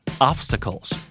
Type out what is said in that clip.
obstacles